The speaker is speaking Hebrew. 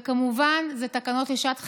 וכמובן, זה תקנות לשעת חירום.